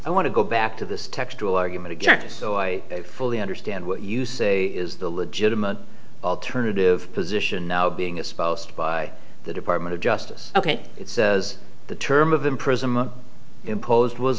i want to go back to this textual argument again so i fully understand what you say is the legitimate alternative position now being espoused by the department of justice ok it says the term of imprisonment imposed was